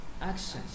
actions